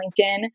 linkedin